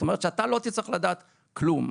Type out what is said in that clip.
זאת אומרת שאתה לא תצטרך לדעת כלום.